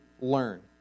learn